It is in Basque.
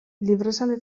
librezale